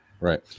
Right